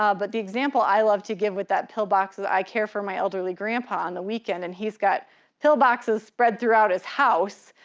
ah but the example i love to give with that pill box, is i care for my elderly grandpa on the weekend and he's got pillboxes spread throughout his house,